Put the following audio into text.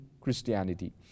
Christianity